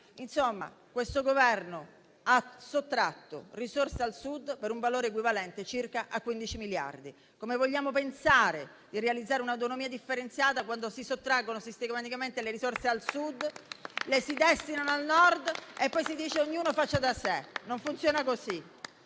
Insomma, questo Governo ha sottratto risorse al Sud per un valore equivalente a circa 15 miliardi di euro. Come vogliamo pensare di realizzare un'autonomia differenziata, quando si sottraggono sistematicamente le risorse al Sud, le si destinano al Nord e poi si dice ognuno faccia da sé? Non funziona così.